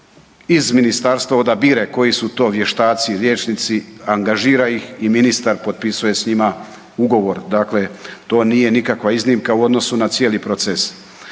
iz ministarstva odabire koji su to vještaci i liječnici, angažira ih i ministar, potpisuje s njima ugovor, dakle to nije nikakva iznimka u odnosu na cijeli proces.